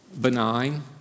benign